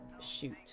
shoot